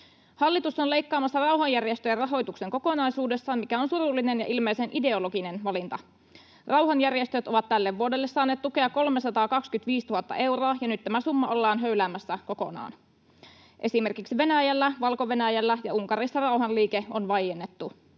Hallitus on leikkaamassa rauhanjärjestöjen rahoituksen kokonaisuudessaan, mikä on surullinen ja ilmeisen ideologinen valinta. Rauhanjärjestöt ovat tälle vuodelle saaneet tukea 325 000 euroa, ja nyt tämä summa ollaan höyläämässä kokonaan. Esimerkiksi Venäjällä, Valko-Venäjällä ja Unkarissa rauhanliike on vaiennettu.